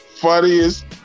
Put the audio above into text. funniest